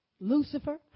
Lucifer